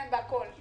כן, בכול.